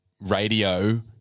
radio